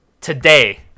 Today